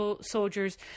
soldiers